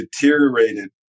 deteriorated